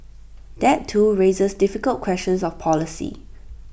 that too raises difficult questions of policy